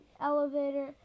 elevator